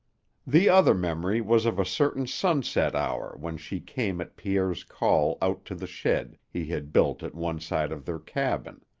the other memory was of a certain sunset hour when she came at pierre's call out to the shed he had built at one side of their cabin.